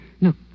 Look